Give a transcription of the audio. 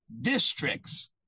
districts